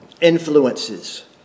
influences